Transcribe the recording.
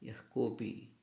यः कोपि